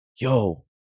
Yo